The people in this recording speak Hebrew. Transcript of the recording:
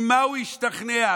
ממה הוא השתכנע?